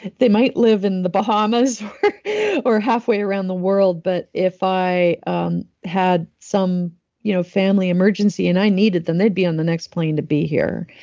they might live in the bahamas or halfway around the world, but if i um had some you know family emergency and i needed them, they'd be on the next plane to be here.